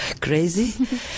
crazy